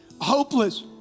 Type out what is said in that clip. hopeless